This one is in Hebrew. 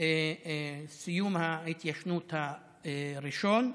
סיום ההתיישנות הראשון.